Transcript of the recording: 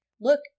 look